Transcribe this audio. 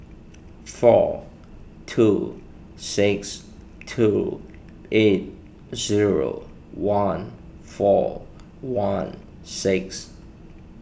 four two six two eight zero one four one six